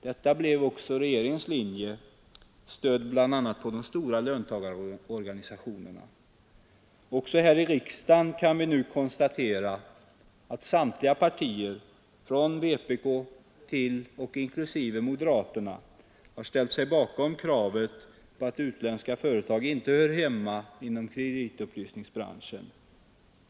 Detta blev också regeringens linje, stödd bl.a. på de stora löntagarorganisationerna. Också här i riksdagen kan vi nu konstatera att samtliga partier — från vpk till moderaterna — ställt sig bakom kravet att utländska företag inte hör hemma inom kreditupplysningsbranschen.